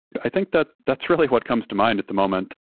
i think that that's really what comes to mind at the moment.